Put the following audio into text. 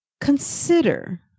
Consider